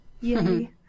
Yay